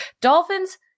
Dolphins